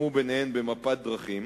שסוכמו ביניהן ב"מפת דרכים"